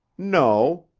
no,